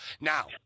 Now